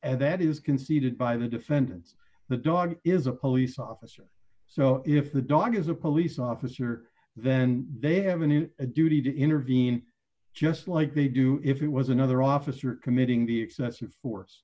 and that is conceded by the defendants the dog is a police officer so if the dog is a police officer then they haven't a duty to intervene just like they do if it was another officer committing the excessive force